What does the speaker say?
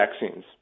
vaccines